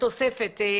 תוספת.